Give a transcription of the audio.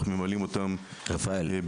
אנחנו ממלאים אותן ב-100%.